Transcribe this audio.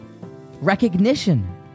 recognition